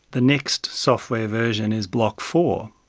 the next software version is block four.